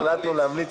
להמליץ